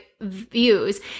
views